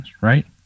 right